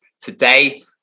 today